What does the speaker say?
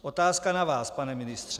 Otázka na vás, pane ministře.